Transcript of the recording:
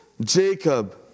Jacob